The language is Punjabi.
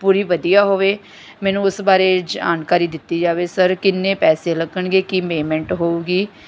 ਪੂਰੀ ਵਧੀਆ ਹੋਵੇ ਮੈਨੂੰ ਉਸ ਬਾਰੇ ਜਾਣਕਾਰੀ ਦਿੱਤੀ ਜਾਵੇ ਸਰ ਕਿੰਨੇ ਪੈਸੇ ਲੱਗਣਗੇ ਕੀ ਪੇਮੈਂਟ ਹੋਊਗੀ